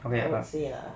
how to say lah